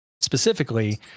specifically